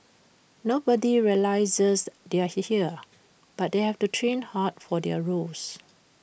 nobody realises they're here here but they have to train hard for their roles